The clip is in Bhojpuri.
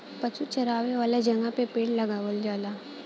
पशु चरावे वाला जगह पे पेड़ लगावल जाला